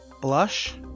Blush